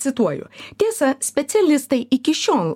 cituoju tiesa specialistai iki šiol